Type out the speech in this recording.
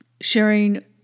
sharing